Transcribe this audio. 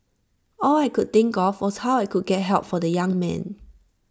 all I could think of was how I could get help for the young man